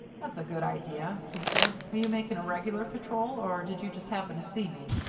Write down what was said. that's a good idea, he said. are you making a regular patrol, or did you just happen to see me?